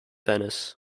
venice